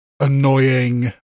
Annoying